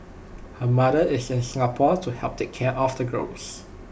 her mother is in Singapore to help take care of the girls